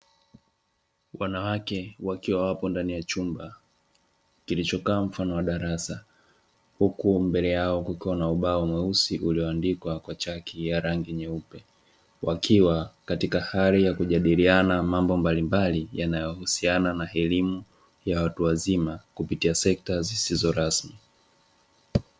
Wanawake wakiwa wapo ndani ya chumba kilichokaa mfano wa darasa, huku mbele yao kukiwa na ubao mweusi ulioandikwa kwa chaki ya rangi nyeupe. Wakiwa katika hali ya kujadiliana mambo mbalimbali yanayohusiana na elimu ya watu wazima, kupitia sekta zisizo rasmi.